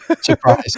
Surprise